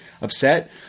upset